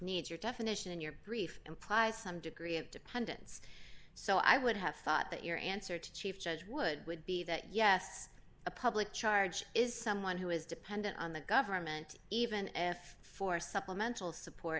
needs your definition your brief implies some degree of dependence so i would have thought that your answer to chief judge would would be that yes a public charge is someone who is dependent on the government even if for supp